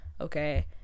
okay